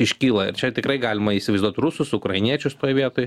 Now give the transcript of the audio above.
iškyla ir čia tikrai galima įsivaizduot rusus ukrainiečius toj vietoj